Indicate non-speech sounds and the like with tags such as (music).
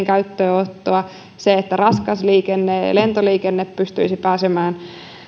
(unintelligible) käyttöönottoa kuin sitä että raskas liikenne ja lentoliikenne pystyisivät pääsemään